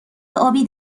آبی